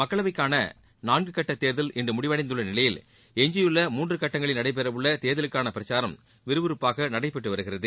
மக்களவைக்கான நான்கு கட்ட தேர்தல் இன்று முடிவடைந்துள்ள நிலையில் எஞ்சியுள்ள மூன்று கட்டங்களில் நடைபெற உள்ள தேர்தலுக்கான பிரச்சாரம் விறுவிறுப்பாக நடைபெற்று வருகிறது